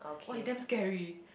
!wah! he's damn scary